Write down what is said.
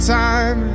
time